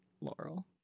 laurel